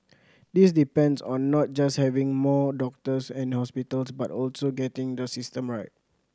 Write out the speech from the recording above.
this depends on not just having more doctors and hospitals but also getting the system right